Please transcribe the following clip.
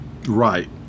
Right